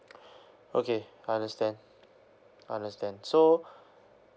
okay understand understand so